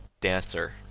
dancer